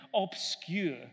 obscure